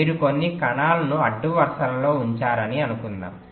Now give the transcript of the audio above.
మీరు కొన్ని కణాలను అడ్డు వరుసలలో ఉంచారని అనుకుందాం